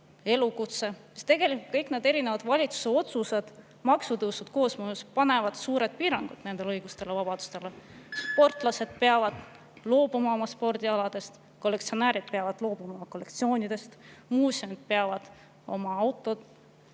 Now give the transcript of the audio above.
elukutse, aga tegelikult kõik need erinevad valitsuse otsused, maksutõusud koosmõjus panevad suured piirangud nendele õigustele ja vabadustele. Sportlased peavad loobuma oma spordialadest, kollektsionäärid peavad loobuma oma kollektsioonidest, muuseumid peavad oma autod